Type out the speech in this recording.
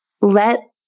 let